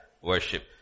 worship